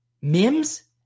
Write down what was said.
Mims